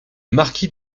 marquis